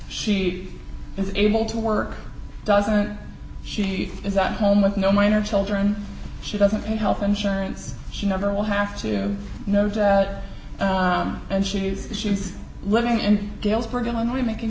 she is able to work doesn't she is that home with no minor children she doesn't need health insurance she never will have to know and she's she's living in galesburg illinois making